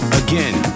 again